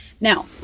Now